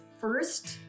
first